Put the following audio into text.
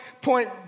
point